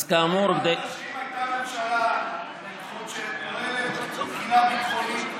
תדע לך שאם הייתה ממשלה שפועלת מבחינה ביטחונית,